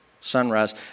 sunrise